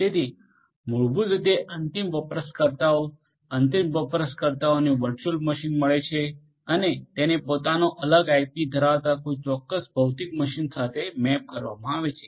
તેથી મૂળભૂત રીતે અંતિમ વપરાશકર્તા અંતિમ વપરાશકર્તાને વર્ચુઅલ મશીન મળે છે અને તેને પોતાનો અલગ આઇપી ધરાવતા કોઈ ચોક્કસ ભૌતિક મશીન સાથે મેપ કરવામાં આવે છે